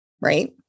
right